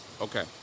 Okay